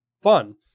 fun